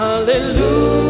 Hallelujah